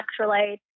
electrolytes